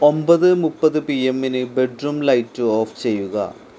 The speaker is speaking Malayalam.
ഒമ്പത് മുപ്പത് പിഎമിന് ബെഡ്റൂം ലൈറ്റ് ഓഫ് ചെയ്യുക